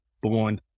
born